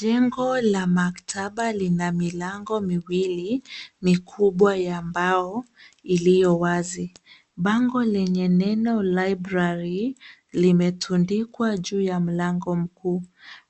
Jengo la maktaba lina milango miwili mikubwa ya mbao iliyo wazi. Bango lenye neno library limetundikwa juu ya mlango mkuu.